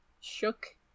Shook